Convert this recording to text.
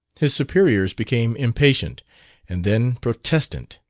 his superiors became impatient and then protestant.